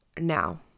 Now